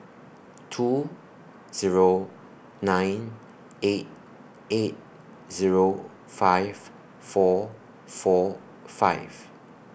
two Zero nine eight eight Zero five four four five